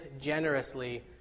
generously